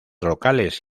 locales